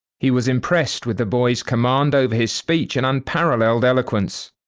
he was impressed with the boys command over his speech and unparalleled eloquence.